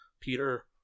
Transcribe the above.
Peter